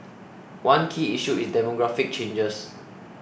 one key issue is demographic changes